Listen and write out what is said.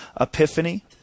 epiphany